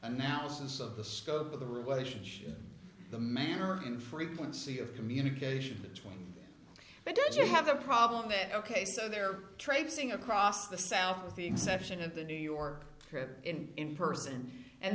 analysis of the scope of the relationship the manner in frequency of communication between but did you have a problem with it ok so there traipsing across the south of the exception of the new york trip in in person and